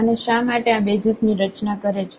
અને શા માટે આ બેસિઝ ની રચના કરે છે